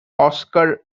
oscar